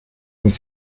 muss